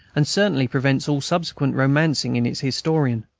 and certainly prevents all subsequent romancing in its historian.